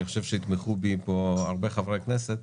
אני חושב שיתמכו בי פה הרבה חברי כנסת,